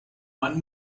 one